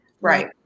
right